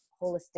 holistic